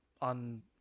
on